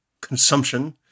consumption